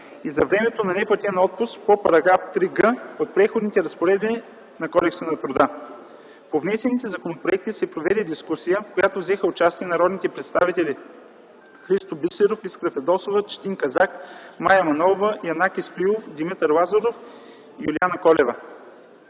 и за времето на неплатен отпуск – по § 3г от Преходните разпоредби на Кодекса на труда. По внесените законопроекти се проведе дискусия, в която взеха участие народните представители Христо Бисеров, Искра Фидосова, Четин Казак, Мая Манолова, Янаки Стоилов, Димитър Лазаров и Юлиана Колева.